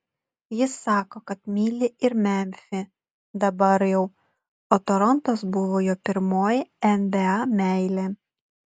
jis sako kad myli ir memfį dabar jau o torontas buvo jo pirmoji nba meilė